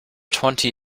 twenty